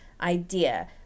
idea